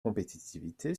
compétitivité